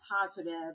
positive